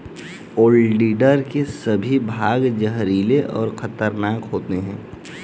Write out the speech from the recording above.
oleander के सभी भाग जहरीले और खतरनाक होते हैं